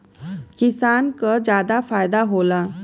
किसान क जादा फायदा होला